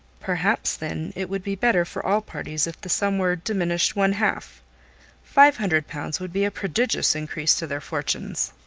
perhaps, then, it would be better for all parties, if the sum were diminished one half five hundred pounds would be a prodigious increase to their fortunes!